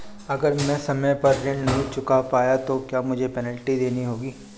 अगर मैं समय पर ऋण नहीं चुका पाया तो क्या मुझे पेनल्टी देनी होगी?